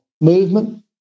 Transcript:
movement